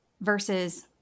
Versus